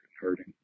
hurting